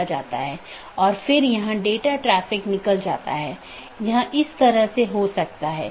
यदि स्रोत या गंतव्य में रहता है तो उस विशेष BGP सत्र के लिए ट्रैफ़िक को हम एक स्थानीय ट्रैफ़िक कहते हैं